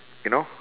you know